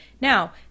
Now